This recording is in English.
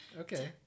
Okay